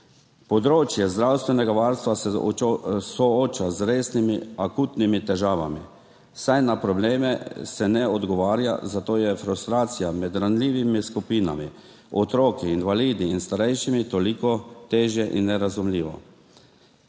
Področje zdravstvenega varstva se sooča z resnimi, akutnimi težavami, saj se na probleme ne odgovarja, zato je frustracija med ranljivimi skupinami, otroki, invalidi in starejših toliko težja in nerazumljiva.